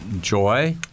Joy